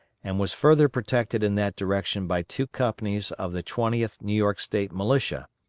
and was further protected in that direction by two companies of the twentieth new york state militia,